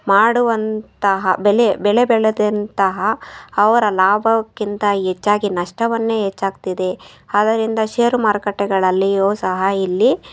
ಮಾಡುವಂತಹ ಬೆಲೆ ಬೆಳೆ ಬೆಳೆದಂತಹ ಅವರ ಲಾಭಕ್ಕಿಂತ ಹೆಚ್ಚಾಗಿ ನಷ್ಟವನ್ನೇ ಹೆಚ್ಚಾಗ್ತಿದೆ ಅದರಿಂದ ಷೇರು ಮಾರುಕಟ್ಟೆಗಳಲ್ಲಿಯೂ ಸಹ ಇಲ್ಲಿ